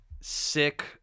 sick